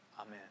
Amen